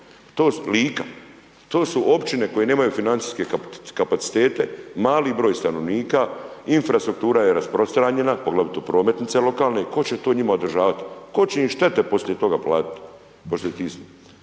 kotar, Lika, to su općine koje nemaju financijske kapacitete, mali broj stanovnika, infrastruktura je rasprostranjena, poglavito prometnice lokalne, tko će to njima održavati, tko će im štete poslije toga platiti? Znači puno